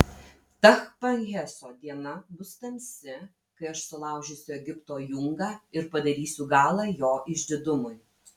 tachpanheso diena bus tamsi kai aš sulaužysiu egipto jungą ir padarysiu galą jo išdidumui